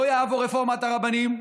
לא תעבור רפורמת הרבנים.